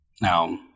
Now